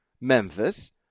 Memphis